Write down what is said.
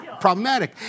problematic